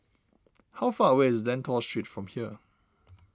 how far away is Lentor Street from here